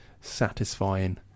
satisfying